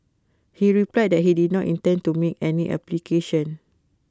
he replied that he did not intend to make any application